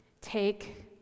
take